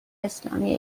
اسلامی